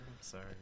sorry